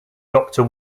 doctor